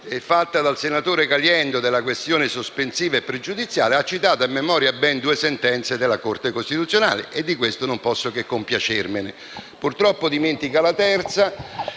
fatta dal senatore Caliendo, delle questioni sospensiva e pregiudiziale, egli ha citato a memoria ben due sentenze della Corte costituzionale; e di questo non posso che compiacermi. Purtroppo dimentica la terza,